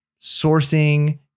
sourcing